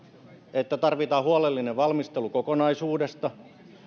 että tarvitaan huolellinen valmistelu kokonaisuudesta